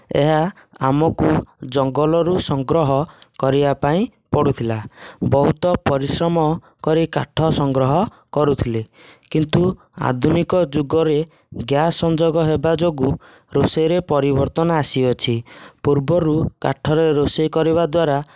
ଏହା ଆମକୁ ଜଙ୍ଗଲରୁ ସଂଗ୍ରହ କରିବା ପାଇଁ ପଡ଼ୁଥିଲା ବହୁତ ପରିଶ୍ରମ କରି କାଠ ସଂଗ୍ରହ କରୁଥିଲେ କିନ୍ତୁ ଆଧୁନିକ ଯୁଗରେ ଗ୍ୟାସ ସଂଯୋଗ ହେବା ଯୋଗୁଁ ରୋଷେଇରେ ପରିବର୍ତ୍ତନ ଆସିଅଛି ପୂର୍ବରୁ କାଠରେ ରୋଷେଇ କରିବା ଦ୍ୱାରା